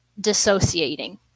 dissociating